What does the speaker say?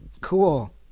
Cool